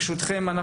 ברשותכם,